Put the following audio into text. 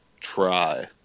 try